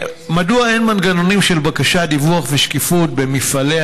4. מדוע אין מנגנונים של בקשת דיווח ושקיפות במפעלי